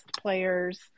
players